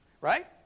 Right